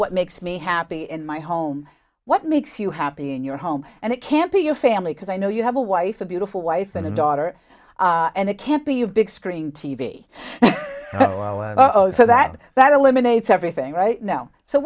what makes me happy in my home what makes you happy in your home and it can't be your family because i know you have a wife a beautiful wife and a daughter and it can't be a big screen t v so that that eliminates everything right now so